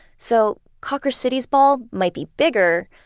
so cawker city's ball might be bigger,